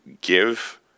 give